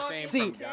See